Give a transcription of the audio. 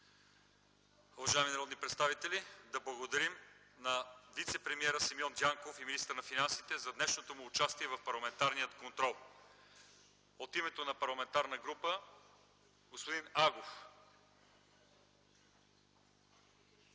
Уважаеми народни представители, да благодарим на вицепремиера Симеон Дянков и министър на финансите за днешното му участие в парламентарния контрол. От името на парламентарна група – господин Агов.